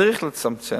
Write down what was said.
וצריך לצמצם.